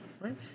Right